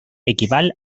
equival